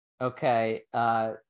Okay